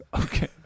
Okay